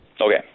Okay